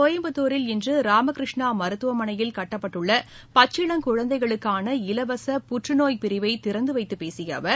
கோயம்பத்தாரில் இன்று ராமகிருஷ்ணா மருத்துவமனையில் கட்டப்பட்டுள்ள பச்சிளம் குழந்தைகளுக்கான இலவச புற்றுநோய் பிரிவை திறந்து வைத்துப் பேசிய அவர்